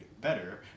better